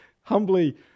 humbly